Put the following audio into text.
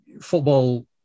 football